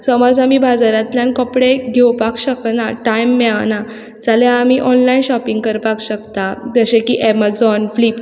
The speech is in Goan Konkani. समज आमी बाजारांतल्यान कपडे घेवपाक शकना टायम मेळना जाल्यार आमी ऑनलायन शॉपींग करपाक शकता जशें की एमजॉन फ्लिप